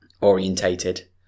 orientated